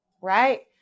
Right